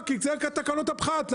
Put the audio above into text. כי אלה תקנות הפחת.